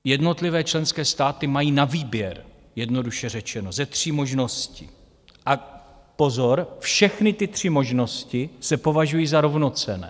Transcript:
Jednotlivé členské státy mají na výběr, jednoduše řečeno, ze tří možností a pozor, všechny ty tři možnosti se považují za rovnocenné.